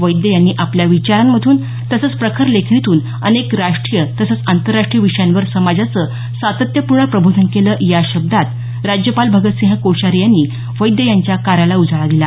वैद्य यांनी आपल्या विचारांमधून तसंच प्रखर लेखणीतून अनेक राष्टीय तसंच आंतरराष्टीय विषयांवर समाजाचं सातत्यपूर्ण प्रबोधन केलं या शब्दांत राज्यपाल भगतसिंह कोश्यारी यांनी वैद्य यांच्या कार्याला उजाळा दिला